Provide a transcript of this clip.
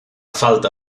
falta